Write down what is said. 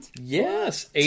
Yes